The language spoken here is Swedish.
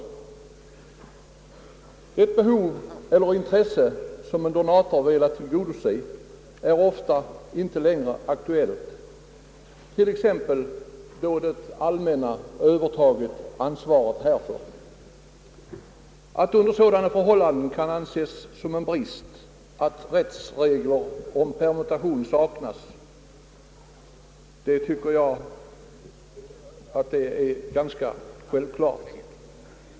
Det behov eller intresse som donator velat tillgodose är ofta ej längre aktuellt, t.ex. då det allmänna övertagit ansvaret. Att det under sådana förhållanden måste betraktas som en brist att rättsregler om permutation saknas tycker jag är ganska självklart.